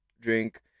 drink